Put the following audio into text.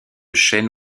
chênes